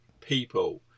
people